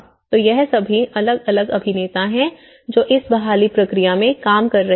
तो यह सभी अलग अलग अभिनेता हैं जो इस बहाली प्रक्रिया में काम कर रहे हैं